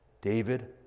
David